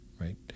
right